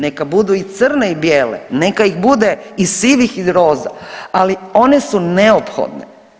Neka budu i crne i bijele, neka ih bude i sivih i roza, ali one su neophodne.